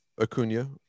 acuna